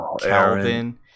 Calvin